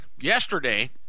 yesterday